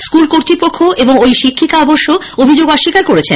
school কর্তৃপক্ষ এবং ঐ শিক্ষিকা অবশ্য অভিযোগ অস্বীকার করেছেন